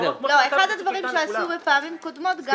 אחד הדברים שעשו בפעמים קודמות,